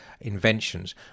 inventions